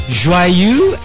joyeux